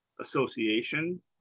association